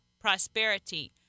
prosperity